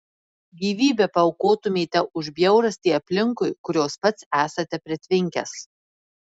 gyvybę paaukotumėte už bjaurastį aplinkui kurios pats esate pritvinkęs